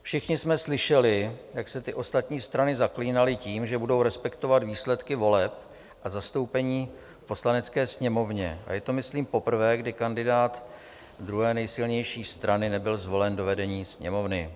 Všichni jsme slyšeli, jak se ty ostatní strany zaklínaly tím, že budou respektovat výsledky voleb a zastoupení v Poslanecké sněmovně, a je to myslím poprvé, kdy kandidát druhé nejsilnější strany nebyl zvolen do vedení Sněmovny.